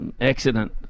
accident